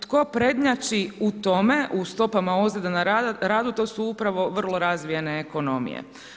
Tko prednjači u tome, u stopama ozljeda na radu, to su upravo vrlo razvijene ekonomije.